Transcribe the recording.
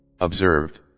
Observed